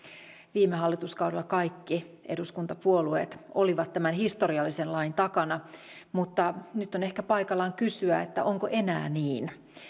viime hallituskaudella kaikki eduskuntapuolueet olivat tämän historiallisen lain takana mutta nyt on ehkä paikallaan kysyä onko enää niin